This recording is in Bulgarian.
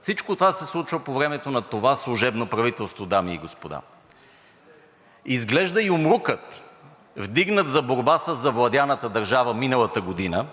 Всичко това се случва по времето на това служебно правителство, дами и господа. Изглежда юмрукът, вдигнат за борба със завладяната държава миналата година,